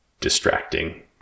distracting